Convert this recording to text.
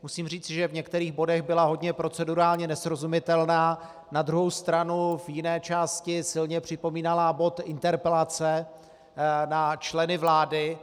Musím říci, že v některých bodech byla hodně procedurálně nesrozumitelná, na druhou stranu v jiné části silně připomínala bod Interpelace na členy vlády.